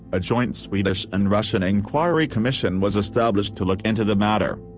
a joint swedish and russian inquiry commission was established to look into the matter.